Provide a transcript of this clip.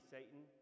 Satan